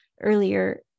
earlier